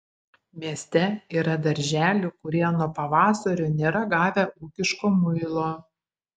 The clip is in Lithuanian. mieste yra darželių kurie nuo pavasario nėra gavę ūkiško muilo